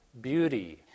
beauty